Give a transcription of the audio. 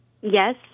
Yes